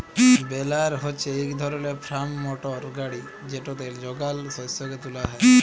বেলার হছে ইক ধরলের ফার্ম মটর গাড়ি যেটতে যগাল শস্যকে তুলা হ্যয়